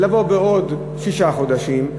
לבוא בעוד שישה חודשים,